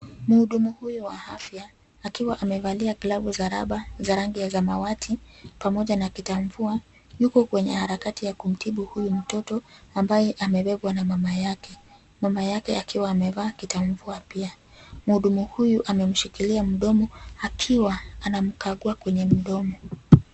Mhudumu huyu wa afya akiwa amevalia glavu za raba za rangi ya samawati pamoja na kita mvua, yuko kwenye harakati ya kumtibu mgonjwa mtoto ambaye amebebwa na mama yake. Mama yake akiwa amevaa kita mvua pia. Mhudumu huyu amemshikilia mdomo akiwa anamkagua kwenye mdomo.